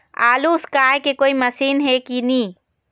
आलू उसकाय के कोई मशीन हे कि नी?